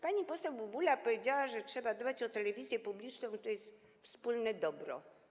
Pani poseł Bubula powiedziała, że trzeba dbać o telewizję publiczną, bo to jest wspólne dobro.